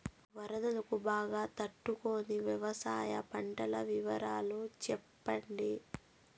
వరదలకు బాగా తట్టు కొనే వ్యవసాయ పంటల వివరాలు చెప్పండి?